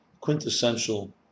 Quintessential